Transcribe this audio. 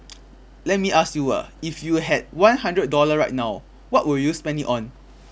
let me ask you ah if you had one hundred dollar right now what would you spend it on